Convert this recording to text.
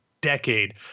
decade